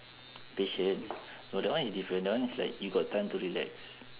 patients no that one is different that one is like you got time to relax